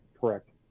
Correct